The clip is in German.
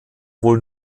wohl